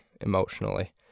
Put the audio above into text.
emotionally